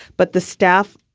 but the staff.